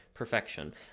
perfection